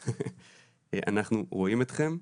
אנחנו רואים אתכם.